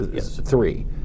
three